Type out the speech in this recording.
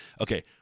okay